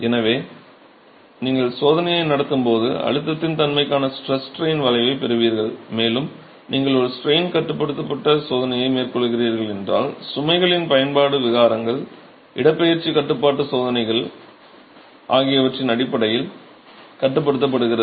எனவே நீங்கள் சோதனையை நடத்தும்போது அழுத்தத்தின் தன்மைக்கான ஸ்ட்ரெஸ் ஸ்ட்ரைன் வளைவைப் பெறுவீர்கள் மேலும் நீங்கள் ஒரு ஸ்ட்ரைன் கட்டுப்படுத்தப்பட்ட சோதனையை மேற்கொள்கிறீர்கள் என்றால் சுமைகளின் பயன்பாடு விகாரங்கள் இடப்பெயர்ச்சி கட்டுப்பாட்டு சோதனை அமைப்பு ஆகியவற்றின் அடிப்படையில் கட்டுப்படுத்தப்படுகிறது